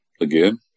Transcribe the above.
Again